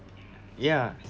ya